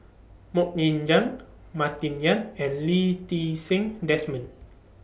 Mok Ying Jang Martin Yan and Lee Ti Seng Desmond